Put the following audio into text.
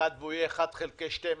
והוא יהיה 1 חלקי 12,